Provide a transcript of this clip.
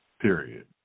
Period